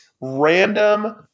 random